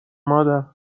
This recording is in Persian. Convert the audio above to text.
مادر